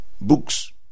books